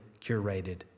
curated